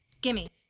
Gimme